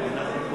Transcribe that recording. כן.